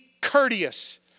courteous